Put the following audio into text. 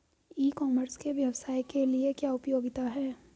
ई commerce के व्यवसाय के लिए क्या उपयोगिता है?